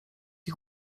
ich